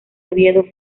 oviedo